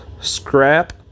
Scrap